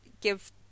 give